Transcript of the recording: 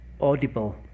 Audible